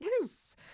Yes